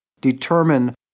determine